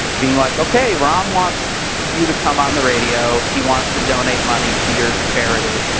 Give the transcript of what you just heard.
being like, ok, rahm wants you to come on the video. he wants to donate money to your charity.